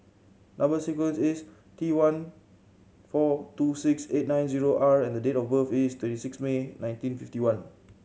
number sequence is T one four two six eight nine zero R and the date of birth is twenty six May nineteen fifty one